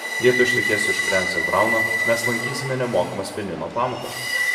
jei tu ištekėsi už francio brauno mes lankysime nemokamas pianino pamokas